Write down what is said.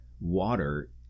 water